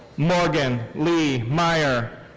morgan lee meyer.